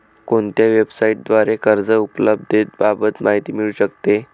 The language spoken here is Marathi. कोणत्या वेबसाईटद्वारे कर्ज उपलब्धतेबाबत माहिती मिळू शकते?